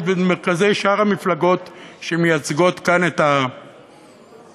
ואת מרכזי שאר המפלגות שמייצגות כאן את הקואליציה,